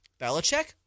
Belichick